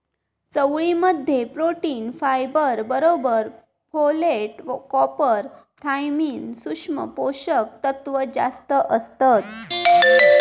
चवळी मध्ये protein, fibre बरोबर फोलेट, कॉपर, थायमिन, सुक्ष्म पोषक तत्त्व जास्तं असतत